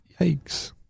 Yikes